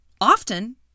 Often